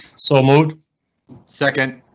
so mode second.